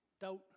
doubt